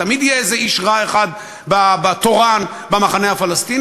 תמיד יהיה איזה איש רע אחד תורן במחנה הפלסטיני,